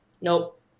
nope